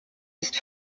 ist